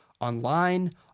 online